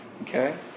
Okay